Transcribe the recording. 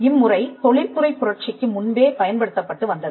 இம்முறை தொழில் துறை புரட்சிக்கு முன்பே பயன்படுத்தப்பட்டு வந்தது